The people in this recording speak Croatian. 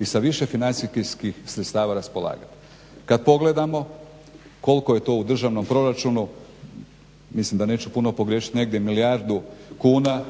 i sa više financijskih sredstava raspolagati. Kad pogledamo koliko je to u državnom proračunu mislim da neću puno pogriješit negdje milijardu kuna